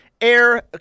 Air